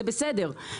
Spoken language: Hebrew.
זה בסדר,